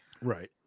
Right